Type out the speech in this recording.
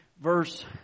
verse